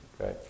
Okay